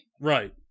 Right